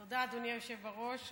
תודה, אדוני היושב בראש.